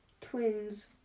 twin's